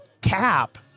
cap